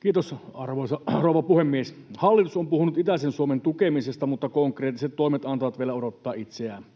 Kiitos, arvoisa rouva puhemies! Hallitus on puhunut itäisen Suomen tukemisesta, mutta konkreettiset toimet antavat vielä odottaa itseään.